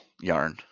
yarn